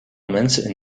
mensen